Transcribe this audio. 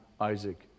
Isaac